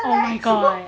oh my god